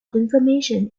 information